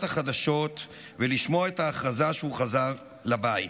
החדשות ולשמוע את ההכרזה שהוא חזר לבית,